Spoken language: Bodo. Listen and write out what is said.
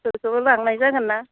ज' लांनाय जागोन ना